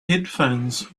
headphones